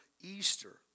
Easter